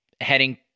heading